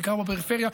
בעיקר בפריפריה,